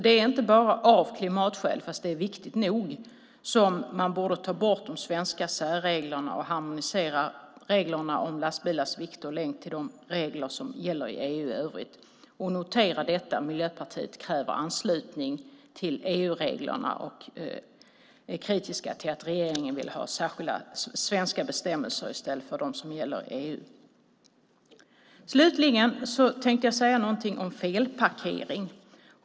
Det är inte bara av klimatskäl, fastän det är viktigt nog, som man borde ta bort de svenska särreglerna och harmonisera reglerna om lastbilars vikt och längd till de regler som gäller inom EU i övrigt. Notera att Miljöpartiet kräver anslutning till EU-reglerna och är kritiskt till att regeringen vill ha särskilda svenska bestämmelser i stället för dem som gäller i EU! Slutligen tänkte jag säga något om felparkering.